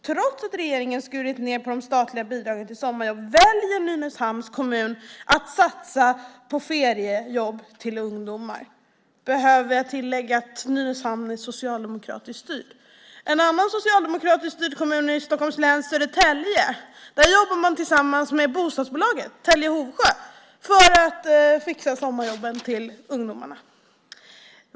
Trots att regeringen har skurit ned på de statliga bidragen till sommarjobb väljer Nynäshamns kommun att satsa på feriejobb till ungdomar. Behöver jag tillägga att Nynäshamn är socialdemokratiskt styrt? En annan socialdemokratiskt styrd kommun i Stockholms län är Södertälje. Där jobbar man tillsammans med bostadsbolaget Telge Hovsjö AB för att fixa sommarjobben till ungdomarna.